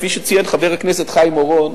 כפי שציין חבר הכנסת חיים אורון,